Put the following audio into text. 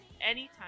anytime